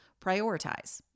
prioritize